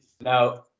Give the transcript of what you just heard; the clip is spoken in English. Now